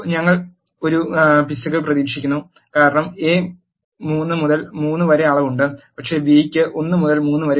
ഞങ്ങൾ ഒരു പിശക് പ്രതീക്ഷിക്കുന്നു കാരണം എ 3 മുതൽ 3 വരെ അളവ് ഉണ്ട് പക്ഷേ ബിക്ക് 1 മുതൽ 3 വരെ ഉണ്ട്